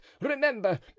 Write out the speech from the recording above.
remember